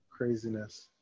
Craziness